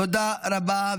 תודה רבה.